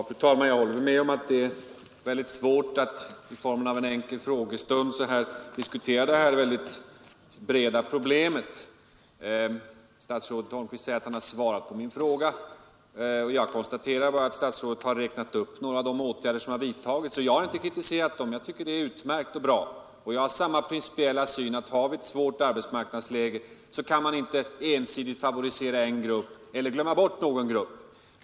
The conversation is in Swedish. Fru talman! Jag håller med om att det är väldigt svårt att inom ramen för en enkel fråga diskutera detta breda problem. Statsrådet Holmqvist säger att han har svarat på min fråga. Jag konstaterar bara att statsrådet har räknat upp några av de åtgärder som vidtagits, och jag har inte kritiserat dessa — jag tycker att det är utmärkt att åtgärderna genomförts. Jag har också samma principiella syn som statsrådet, att har vi ett svårt arbetsmarknadsläge kan man inte ensidigt favorisera en grupp eller glömma bort någon grupp.